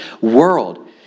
world